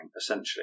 essentially